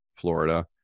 florida